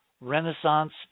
renaissance